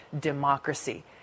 democracy